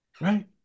right